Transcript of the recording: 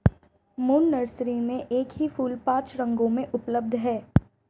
moon Nursery में एक ही फूल पांच रंगों में उपलब्ध है